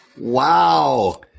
Wow